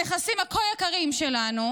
הנכסים הכה-יקרים שלנו,